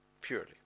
purely